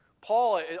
Paul